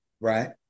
Right